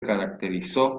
caracterizó